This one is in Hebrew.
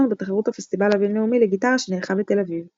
בתחרות הפסטיבל הבינלאומי לגיטרה שנערכה בתל אביב.